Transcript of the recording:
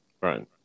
right